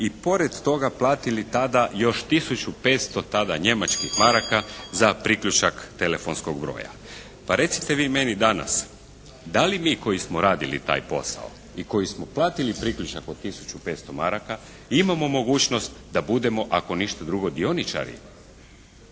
i pored toga platili tada još 1500 tada njemačkih maraka za priključak telefonskog broja. Pa recite vi meni danas da li mi koji smo radili taj posao i koji smo platili priključak od 1500 maraka imamo mogućnost da budemo ako ništa drugo dioničari